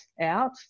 out